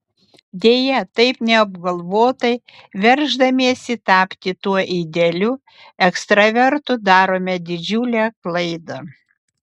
deja taip neapgalvotai verždamiesi tapti tuo idealiu ekstravertu darome didžiulę klaidą